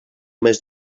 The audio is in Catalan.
mes